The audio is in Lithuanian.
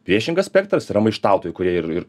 priešingas spektras yra maištautojų kurie ir ir